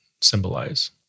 symbolize